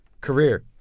Career